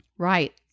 Right